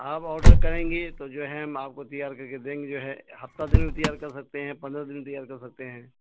آپ آڈر کریں گی تو جو ہے ہم آپ کو تیار کر کے دیں گے جو ہے ہفتہ دن بھی تیار کر سکتے ہیں پندرہ دن تیار کر سکتے ہیں